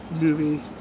movie